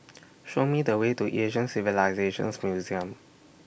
Show Me The Way to Asian Civilisations Museum